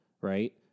right